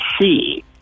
see